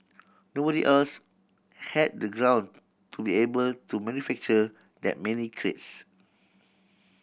nobody else had the ground to be able to manufacture that many crates